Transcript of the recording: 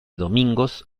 domingos